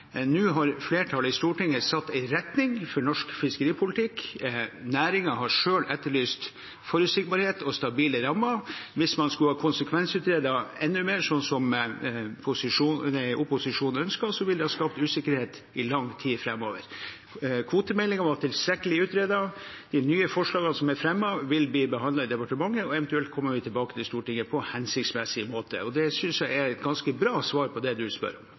nå har flertallet i Stortinget satt en retning for norsk fiskeripolitikk. Næringen har selv etterlyst forutsigbarhet og stabile rammer. Hvis man skulle ha konsekvensutredet enda mer, slik opposisjonen ønsker, ville det skape usikkerhet i lang tid framover. Kvotemeldingen var tilstrekkelig utredet. De nye forslagene som er fremmet, vil bli behandlet i departementet, og eventuelt kommer vi tilbake til Stortinget på en hensiktsmessig måte. Det synes jeg er et ganske bra svar på det representanten spør om.